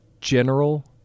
General